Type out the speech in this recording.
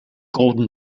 golden